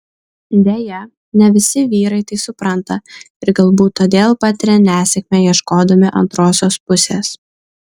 deja ne visi vyrai tai supranta ir galbūt todėl patiria nesėkmę ieškodami antrosios pusės